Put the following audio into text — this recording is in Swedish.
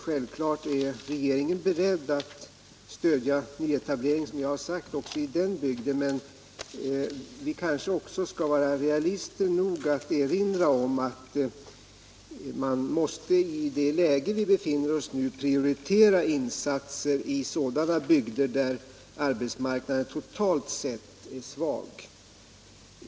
Regeringen är självfallet beredd att stödja nyetablering —- som jag har sagt — också i den här bygden, men vi kanske skall vara realister nog att erinra om att man i det läge vi nu befinner oss i måste prioritera insatser i bygder där arbetsmarknaden totalt sett är svag.